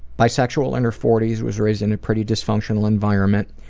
bisexual, in her forty s, was raised in a pretty dysfunctional environment,